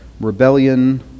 Rebellion